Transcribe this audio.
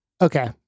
Okay